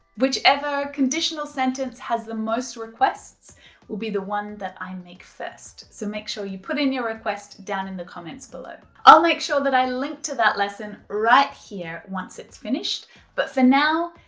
whichever conditional sentence has the most requests will be the one that i make first so make sure you put in your request down in the comments below. i'll make sure that i link to that lesson right here once it's finished but for now,